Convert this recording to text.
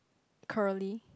curly